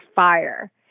fire